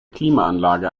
klimaanlage